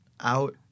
out